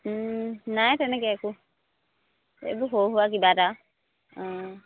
নাই তেনেকে একো এইবোৰ সৰু সুৰা কিবা এটা অঁ